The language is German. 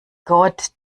gott